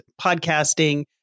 podcasting